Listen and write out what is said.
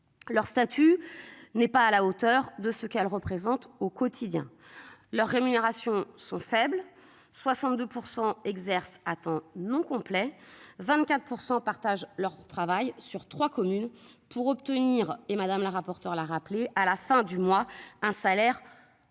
Leur statut n'est pas à la hauteur de ce qu'elle représente au quotidien. Leur rémunération sont faibles 62% exercent à temps non complet 24% partagent leur travail sur 3 communes pour obtenir et madame la rapporteure la rappeler à la fin du mois un salaire.